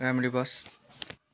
राम्ररी बस्